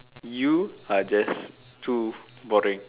you are just too boring